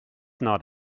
not